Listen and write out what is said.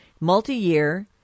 multi-year